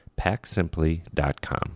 packsimply.com